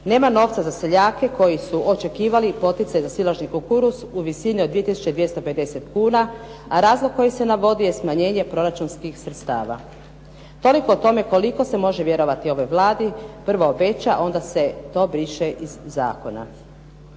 Nema novca za seljake koji su očekivali poticaj za silažnji kukuruz u visini od 2250 kuna, a razlog koji se navodi je smanjenje proračunskih sredstava. Toliko o tome koliko se može vjerovati ovoj Vladi, prvo obeća onda se to briše iz zakona.